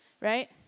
Right